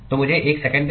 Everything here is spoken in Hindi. तो मुझे एक सेकंड दें